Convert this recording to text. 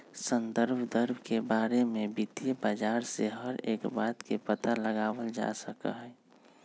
संदर्भ दर के बारे में वित्तीय बाजार से हर एक बात के पता लगावल जा सका हई